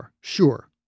Sure